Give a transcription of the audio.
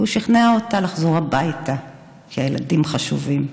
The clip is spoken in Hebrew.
והוא שכנע אותה לחזור הביתה, כי הילדים חשובים.